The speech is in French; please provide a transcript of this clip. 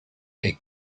est